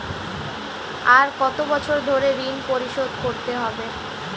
আর কত বছর ধরে ঋণ পরিশোধ করতে হবে?